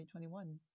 2021